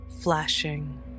flashing